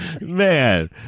Man